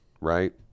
right